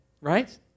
right